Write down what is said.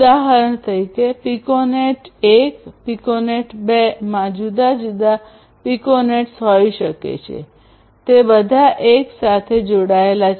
ઉદાહરણ તરીકે piconet 1 piconet 2 માં જુદા જુદા પિકોનેટ્સ હોઈ શકે છે તે બધા એક સાથે જોડાયેલા છે